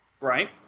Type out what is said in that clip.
Right